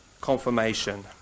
confirmation